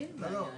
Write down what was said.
היא